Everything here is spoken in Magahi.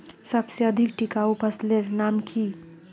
सबसे अधिक टिकाऊ फसलेर नाम की?